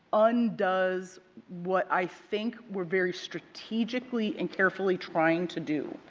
undoes what i think we are very strategically and carefully trying to do.